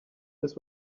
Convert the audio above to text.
this